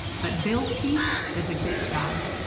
but bill peet does a good job.